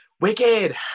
Wicked